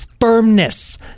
firmness